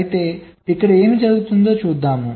అయితే ఇక్కడ ఏమి జరుగుతుందో చూద్దాం